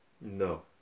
No